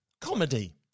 Comedy